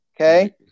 okay